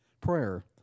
prayer